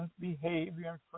behavior